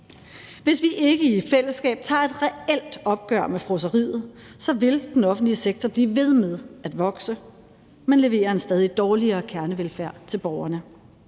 Hvis vi ikke i fællesskab tager et reelt opgør med fråseriet, vil den offentlige sektor blive ved med at vokse, men levere en stadig dårligere kernevelfærd til borgerne.